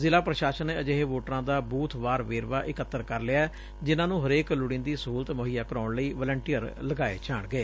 ਜ਼ਿਲਾ ਪ੍ਰਸਾਸ਼ਨ ਨੇ ਅਜਿਹੇ ਵੋਟਰਾ ਦਾ ਬੂਬ ਵਾਰ ਵੇਰਵਾ ਇਕੱਤਰ ਕਰ ਲਿਐ ਜਿਨਾ ਨੂੰ ਹਰੇਕ ਲੋਡੀਦੀ ਸਹੂਲਤ ਮੁੱਹਈਆ ਕਰਵਾਉਣ ਲਈ ਵਲੰਟੀਅਰ ਲਗਾਏ ਜਾਣਗੇ